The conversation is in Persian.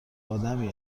آدمی